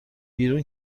بیرون